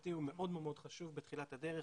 המשפטי הוא מאוד חשוב בתחילת הדרך.